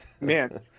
man